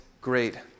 great